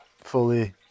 fully